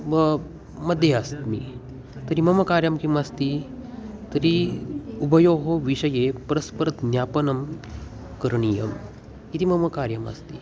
वा मध्ये अस्मि तर्हि मम कार्यं किम् अस्ति तर्हि उभयोः विषये परस्परज्ञापनं करणीयम् इति मम कार्यमस्ति